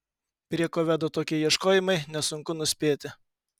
prie ko veda tokie ieškojimai nesunku nuspėti